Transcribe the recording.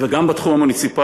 וגם בתחום המוניציפלי.